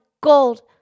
gold